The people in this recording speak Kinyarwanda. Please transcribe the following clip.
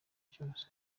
cyose